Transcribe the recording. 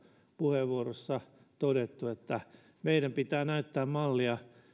puheenvuorossa todettu että meidän pitää näyttää mallia